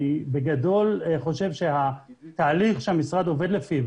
אני בגדול חושב שהתהליך שהמשרד עובד לפיו,